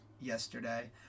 yesterday